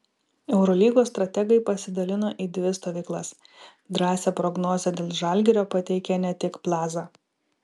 eurolygos strategai pasidalino į dvi stovyklas drąsią prognozę dėl žalgirio pateikė ne tik plaza